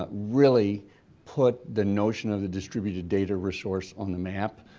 ah really put the notion of the distributed data resource on the map,